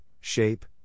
shape